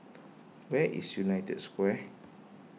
where is United Square